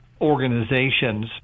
organizations